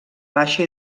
baixa